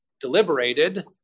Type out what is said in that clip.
deliberated